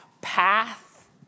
path